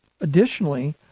Additionally